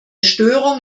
störung